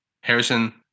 Harrison